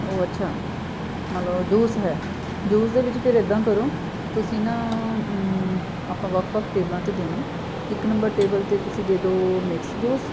ਉਹ ਅੱਛਾ ਮਤਲਬ ਜੂਸ ਹੈ ਜੂਸ ਦੇ ਵਿੱਚ ਫਿਰ ਇਦਾਂ ਕਰੋ ਤੁਸੀਂ ਨਾ ਆਪਾਂ ਵੱਖ ਵੱਖ ਟੇਬਲਾਂ 'ਤੇ ਦੇਣਾ ਇੱਕ ਨੰਬਰ ਟੇਬਲ 'ਤੇ ਤੁਸੀਂ ਦੇ ਦਿਉ ਮਿਕਸ ਜੂਸ